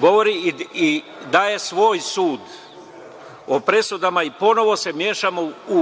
govori i daje svoj sud o presudama i ponovo se mešamo u